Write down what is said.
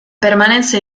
permanenza